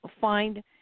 find